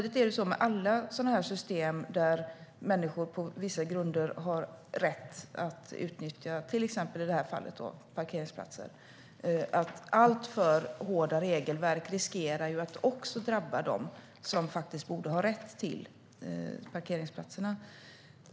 I alla system där människor på vissa grunder har rätt att utnyttja till exempel parkeringsplatser är det samtidigt så att alltför hårda regelverk riskerar att också drabba dem som faktiskt borde ha rätt till platserna.